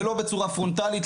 ולא בצורה פרונטלית,